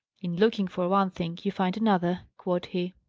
in looking for one thing you find another, quoth he.